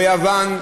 לא יוון,